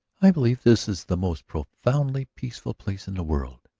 i believe this is the most profoundly peaceful place in the world,